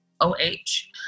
O-H